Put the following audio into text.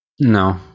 No